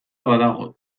badago